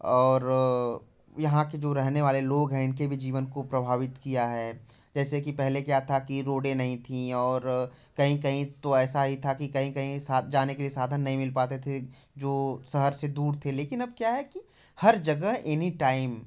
और यहाँ के जो रहने वाले लोग हैं इनके भी जीवन को प्रभावित किया है जैसे कि पहले क्या था कि रोडे नहीं थी और कहीं कहीं तो ऐसा ही था कि कहीं कहीं जाने के लिए साधन नही मिल पाते थे जो शहर से दूर थे लेकिन अब क्या है कि हर जगह एनीटाइम